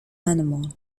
animal